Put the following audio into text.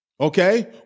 Okay